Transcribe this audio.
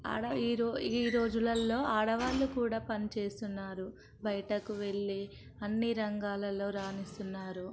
అలా ఈ రో ఈ రోజులలో ఆడవాళ్లు కూడా పనిచేస్తున్నారు బయటకు వెళ్ళి అన్ని రంగాలలో రాణిస్తున్నారు